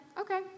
okay